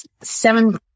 seven